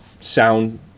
sound